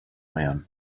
man